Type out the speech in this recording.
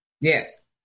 Yes